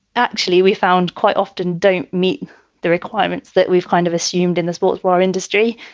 actually, we found quite often don't meet the requirements that we've kind of assumed in the sports bar industry.